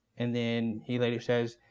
and then, he later says,